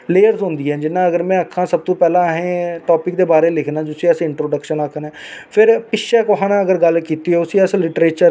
कि के उनेंगी घरा दा बाहर नेईं ही निकलन दिंदे इलैक्शन कुद्धर लड़नी ही उनें पर एह है कि अज्ज टाइम बिच साढ़ियां कुछ भैनां डीडीसी बीडीसी सरपंच पंच अग्गे आइयां